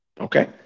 Okay